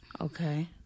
Okay